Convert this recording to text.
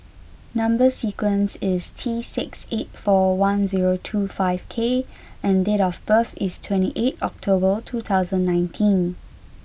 number sequence is T six eight four one zero two five K and date of birth is twenty eight October two thousand nineteen